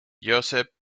joseph